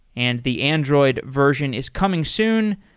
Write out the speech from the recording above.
and the android version is coming soon.